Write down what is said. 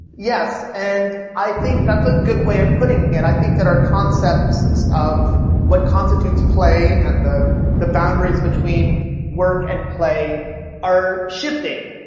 yes, and i think that's a good way of putting it. i think that our concepts of what constitutes play and the the boundaries between work and play are shifting.